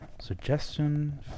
Suggestion